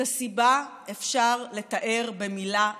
את הסיבה אפשר לתאר במילה אחת: